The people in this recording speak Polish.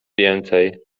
więcej